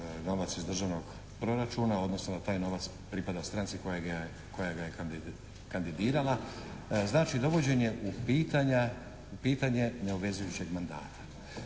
novac iz državnog proračuna, odnosno da taj novac pripada stranci koja ga je kandidirala znači dovođenje u pitanje neobvezujućeg mandata.